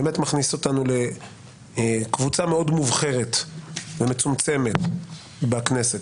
זה מכניס אותנו לקבוצה מאוד מובחרת ומצומצמת בכנסת